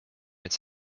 its